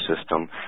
system